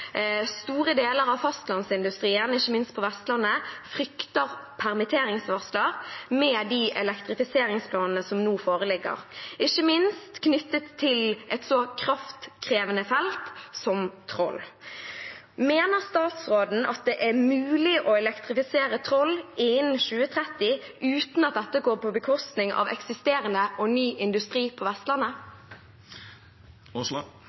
store deler av fastlandsindustrien, ikke minst på Vestlandet, frykter permitteringsvarsler med de elektrifiseringsplanene som nå foreligger, f.eks. knyttet til et så kraftkrevende felt som Troll. Mener statsråden at det er mulig å elektrifisere Troll innen 2030 uten at dette går på bekostning av eksisterende og ny industri på Vestlandet?